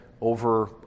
over